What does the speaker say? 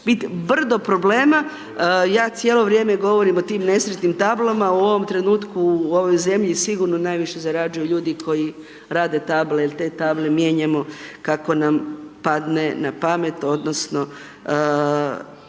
brdo problema. Ja cijelo vrijeme govorim o tim nesretnim tablama. U ovom trenutku u ovoj zemlji sigurno najviše zarađuju ljudi koji rade table jer te table mijenjamo kako nam padne na pamet odnosno